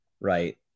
right